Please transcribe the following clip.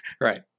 Right